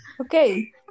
okay